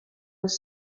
was